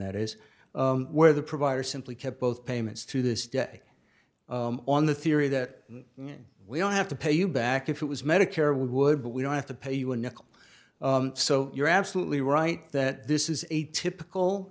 that is where the provider simply kept both payments to this day on the theory that we don't have to pay you back if it was medicare we would but we don't have to pay you a nickel so you're absolutely right that this is a typical